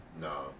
No